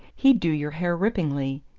he'd do your hair ripplingly.